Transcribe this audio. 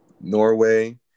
Norway